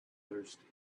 thirsty